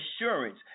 assurance